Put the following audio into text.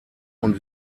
und